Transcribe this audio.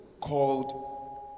called